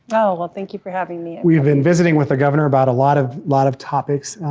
oh, well thank you for having me. we've been visiting with the governor about a lot of lot of topics,